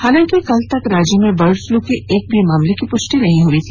हालांकि कल तक राज्य में बर्ड फ्लू के एक भी मामले की पुष्टि नहीं हई है